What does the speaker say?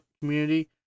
community